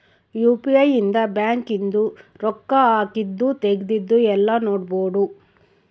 UPI ಇಂದ bank ಇಂದು ರೊಕ್ಕ ಹಾಕಿದ್ದು ತೆಗ್ದಿದ್ದು ಯೆಲ್ಲ ನೋಡ್ಬೊಡು